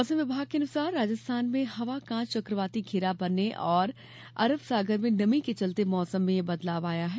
मौसम विभाग के अनुसार राजस्थान में हवा काच चकवाती घेरा बनने और अरब सागर में नमी के चलते मौसम में यह बदलाव आया है